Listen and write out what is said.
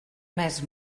més